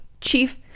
chief